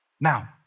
Now